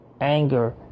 anger